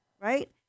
right